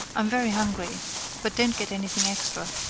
i'm very hungry but don't get anything extra.